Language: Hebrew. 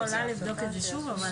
אני יכולה לבדוק את זה שוב.